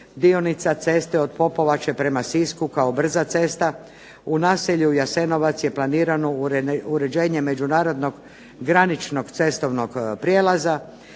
dionica ceste od Popovače prema Sisku kao brza cesta. U naselju Jasenovac je planirano uređenje međunarodnog graničnog cestovnog prijelaza.